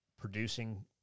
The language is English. producing